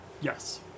yes